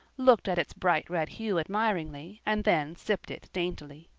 looked at its bright-red hue admiringly, and then sipped it daintily.